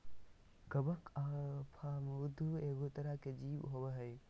कवक आर फफूंद एगो तरह के जीव होबय हइ